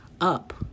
up